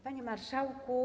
Panie Marszałku!